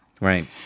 Right